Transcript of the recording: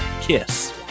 Kiss